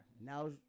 Now